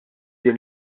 din